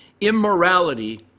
immorality